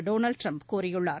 Donald Trump கூறியுள்ளார்